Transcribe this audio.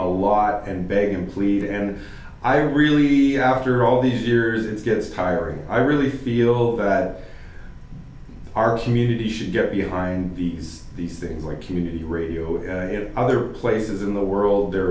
a lot and beg and plead and i really after all these years it gets tiring i really feel that our community should get behind these these things like community radio you know other places in the world there